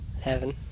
Heaven